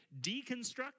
deconstruct